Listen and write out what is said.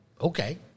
okay